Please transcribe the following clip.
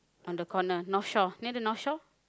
on the corner North Shore near the North Shore